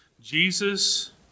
Jesus